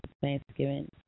Thanksgiving